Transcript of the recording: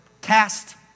cast